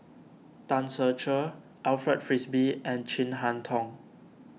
Tan Ser Cher Alfred Frisby and Chin Harn Tong